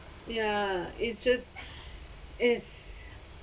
ya it's just it's